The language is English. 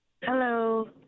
Hello